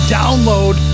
download